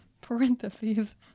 parentheses